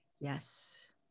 Yes